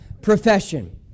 Profession